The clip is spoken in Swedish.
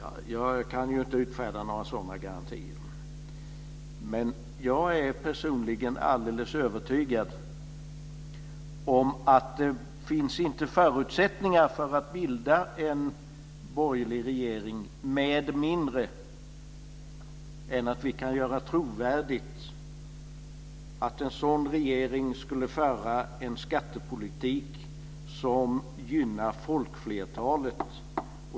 Jag kan ju inte utfärda några sådana garantier. Men jag är personligen alldeles övertygad om att det inte finns några förutsättningar för att bilda en borgerlig regering med mindre än att vi kan göra trovärdigt att en sådan regering skulle föra en skattepolitik som gynnar folkflertalet.